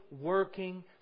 working